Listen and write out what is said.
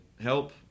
help